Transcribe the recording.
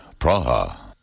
Praha